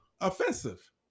offensive